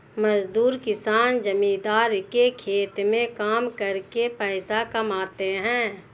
मजदूर किसान जमींदार के खेत में काम करके पैसा कमाते है